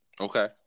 Okay